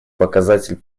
показатель